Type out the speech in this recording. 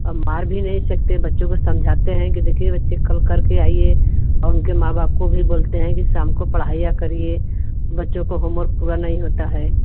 और मार भी नहीं सकते बच्चों को समझाते हैं कि देखिए बच्चे कल करके आईए और उनके माँ बाप को भी बोलते हैं कि शाम को पढ़ाया करिए बच्चों को होमवर्क पूरा नहीं होता है